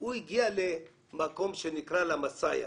הוא הגיע למקום שנקרא לה מאסייה,